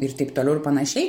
ir taip toliau ir panašiai